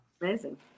amazing